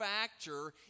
factor